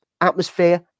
Atmosphere